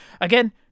again